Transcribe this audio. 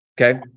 Okay